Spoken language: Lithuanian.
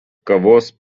kavos